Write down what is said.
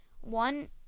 One